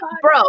bro